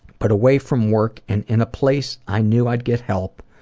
but away from work and in a place i knew i'd get help,